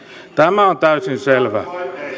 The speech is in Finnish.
tämä on täysin selvä